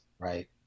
Right